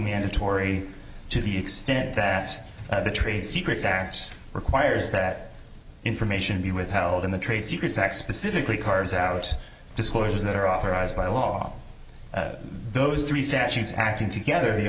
mandatory to the extent that the trade secrets act requires that information be withheld in the trade secrets act specifically cars out disclosures that are authorized by law those three statutes acting together the